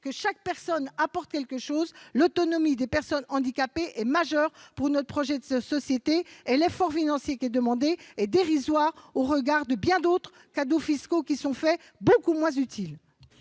que chaque personne apporte quelque chose. L'autonomie des personnes handicapées est une question majeure pour notre projet de société. Et l'effort financier demandé est dérisoire au regard de bien d'autres cadeaux fiscaux beaucoup moins utiles